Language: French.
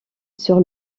sur